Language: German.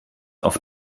auf